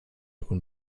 und